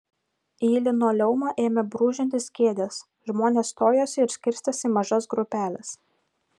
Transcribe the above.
į linoleumą ėmė brūžintis kėdės žmonės stojosi ir skirstėsi į mažas grupeles